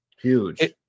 Huge